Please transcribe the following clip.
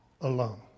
alone